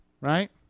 right